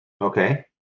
okay